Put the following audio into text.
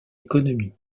économie